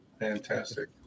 Fantastic